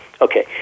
Okay